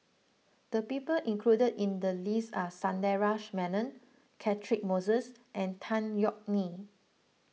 the people included in the list are Sundaresh Menon Catchick Moses and Tan Yeok Nee